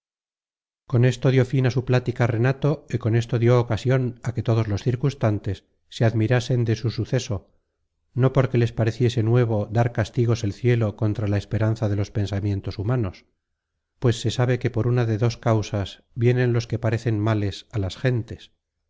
con esto dió fin á su plática renato y con esto dió ocasion á que todos los circunstantes se admirasen de su suceso no porque les pareciese nuevo dar castigos el cielo contra la esperanza de los pensamientos humanos pues se sabe que por una de dos causas vienen los que parecen males á las gentes